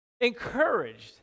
encouraged